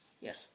Yes